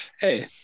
Hey